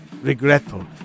regretful